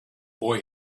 boy